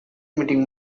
meeting